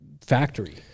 factory